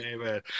Amen